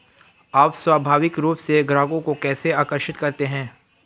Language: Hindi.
आप स्वाभाविक रूप से ग्राहकों को कैसे आकर्षित करते हैं?